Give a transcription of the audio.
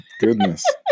Goodness